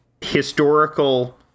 historical